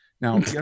Now